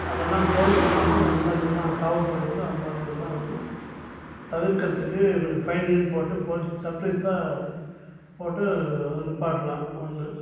அதெல்லாம் போலீஸ்லேருந்து அந்தமாதிரி இதெல்லாம் காவல்துறை வந்து அந்தமாதிரி இதெல்லாம் வந்து தவிர்க்கிறத்துக்கு கொஞ்சம் ஃபைனு கியின் போட்டு போலீஸ் சர்ப்ரைஸாக போட்டு அதை நிப்பாட்டலாம் ஒன்று